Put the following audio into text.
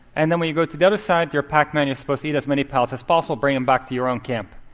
and then when you go to the other side, you're pac-man. you're supposed to eat as many pellets as possible, bring them back to your own camp.